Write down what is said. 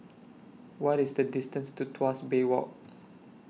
What IS The distance to Tuas Bay Walk